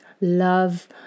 love